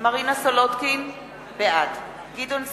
מרינה סולודקין, בעד גדעון סער,